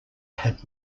had